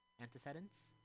antecedents